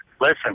Listen